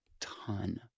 ton